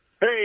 Hey